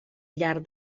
llarg